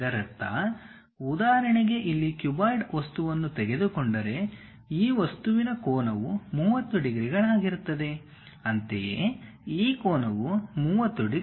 ಇದರರ್ಥ ಉದಾಹರಣೆಗೆ ಇಲ್ಲಿ ಕ್ಯೂಬಾಯ್ಡ್ ವಸ್ತುವನ್ನು ತೆಗೆದುಕೊಂಡರೆ ಈ ವಸ್ತುವಿನ ಕೋನವು 30 ಡಿಗ್ರಿಗಳಾಗಿರುತ್ತದೆ ಅಂತೆಯೇ ಈ ಕೋನವು 30 ಡಿಗ್ರಿ